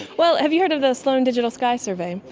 well, have you heard of the sloan digital sky survey?